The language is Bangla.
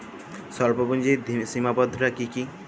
স্বল্পপুঁজির সীমাবদ্ধতা কী কী?